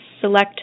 select